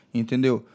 entendeu